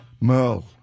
Merle